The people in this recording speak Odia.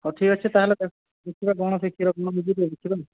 ହଉ ଠିକ୍ ଅଛି ତାହେଲେ ସେ ପିଲା କ'ଣ କ୍ଷୀର ପିଇବ ନିଜେ ପିଅ ଦେଖିବନି